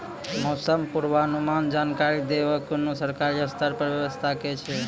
मौसम पूर्वानुमान जानकरी देवाक कुनू सरकारी स्तर पर व्यवस्था ऐछि?